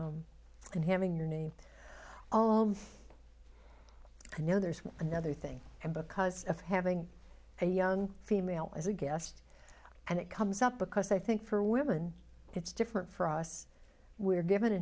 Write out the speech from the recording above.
n and having your name all know there's another thing and because of having a young female as a guest and it comes up because i think for women it's different for us we're given a